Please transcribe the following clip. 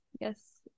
yes